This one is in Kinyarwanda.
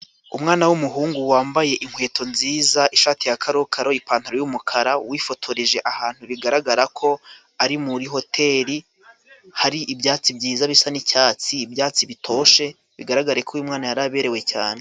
Umwana w'umuhungu wambaye inkweto nziza, ishati ya karokaro, ipantaro y'umukara, wifotoreje ahantu bigaragara ko ari muri hoteri hari ibyatsi byiza bisa n'icyatsi, ibyatsi bitoshe, bigaragara ko uyu mwana yari aberewe cyane.